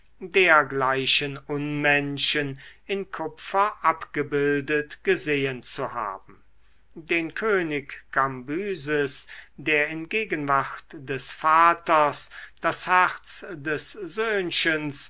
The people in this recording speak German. dergleichen unmenschen in kupfer abgebildet gesehen zu haben den könig kambyses der in gegenwart des vaters das herz des